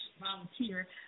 volunteer